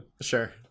sure